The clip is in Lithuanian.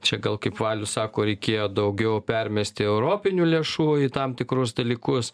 čia gal kaip valius sako reikėjo daugiau permesti europinių lėšų į tam tikrus dalykus